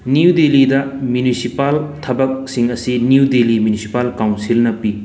new ꯗꯤꯜꯂꯤꯗ municipal ꯊꯕꯛꯁꯤꯡ ꯑꯁꯤ ꯅ꯭ꯌꯨ ꯗꯤꯜꯂꯤ ꯃꯤꯅꯤꯁꯤꯄꯥꯜ ꯀꯥꯎꯟꯁꯤꯜꯅ ꯄꯤ